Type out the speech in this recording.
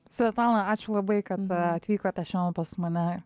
svetlana ačiū labai kad atvykote šiandien pas mane